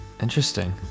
Interesting